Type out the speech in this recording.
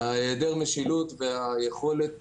היעדר משילות והיכולת